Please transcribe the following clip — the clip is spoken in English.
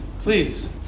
Please